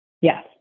Yes